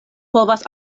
povas